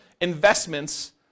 investments